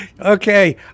Okay